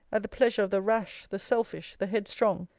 at the pleasure of the rash, the selfish, the headstrong!